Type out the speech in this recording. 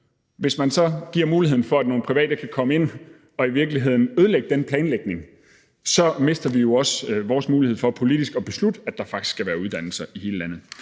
Hvis man så giver muligheden for, at nogle private kan komme ind og i virkeligheden ødelægge den planlægning, mister vi jo også vores mulighed for politisk at beslutte, at der faktisk skal være uddannelser i hele landet.